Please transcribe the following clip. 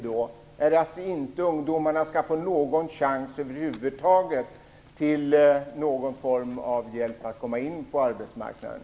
Gäller det att ungdomarna över huvud inte skall få någon chans till hjälp med att komma in på arbetsmarknaden?